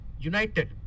united